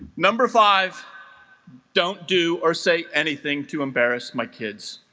number five don't do or say anything to embarrass my kids